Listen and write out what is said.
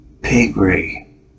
Pigry